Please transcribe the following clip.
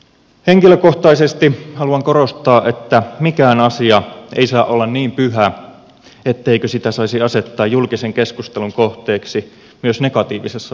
henkilökohtaisesti haluan korostaa että mikään asia ei saa olla niin pyhä etteikö sitä saisi asettaa julkisen keskustelun kohteeksi myös negatiivisessa valossa